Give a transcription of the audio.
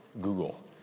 Google